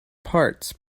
parts